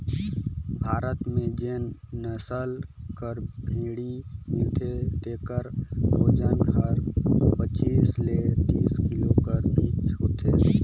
भारत में जेन नसल कर भेंड़ी मिलथे तेकर ओजन हर पचीस ले तीस किलो कर बीच होथे